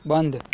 બંધ